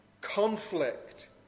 conflict